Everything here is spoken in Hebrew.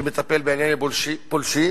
שמטפל בענייני פולשים.